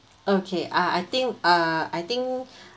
okay uh I think uh I think